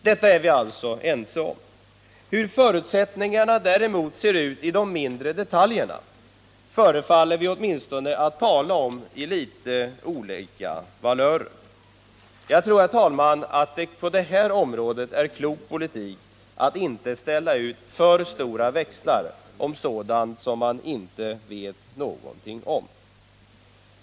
Detta är vi alltså ense om. Hur förutsättningarna ser ut i detalj förefaller vi däremot att tala om i litet olika valörer. Jag tror att det på det här området är klok politik att inte ställa ut för stora växlar på sådant som man inte vet någonting om.